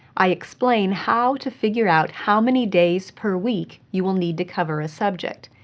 i explain how to figure out how many days per week you will need to cover a subject.